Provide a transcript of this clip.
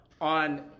on